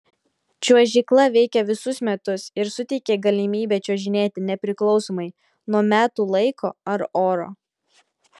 čiuožykla veikia visus metus ir suteikia galimybę čiuožinėti nepriklausomai nuo metų laiko ar oro